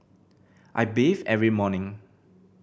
I bathe every morning